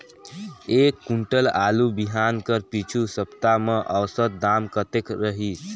एक कुंटल आलू बिहान कर पिछू सप्ता म औसत दाम कतेक रहिस?